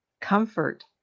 comfort